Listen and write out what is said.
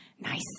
Nice